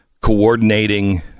coordinating